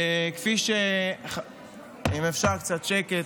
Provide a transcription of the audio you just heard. אם אפשר קצת שקט.